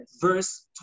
verse